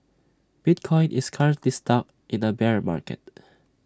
bitcoin is currently stuck in A bear market